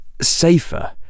safer